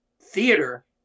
theater